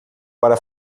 para